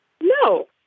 No